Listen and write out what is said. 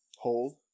Hold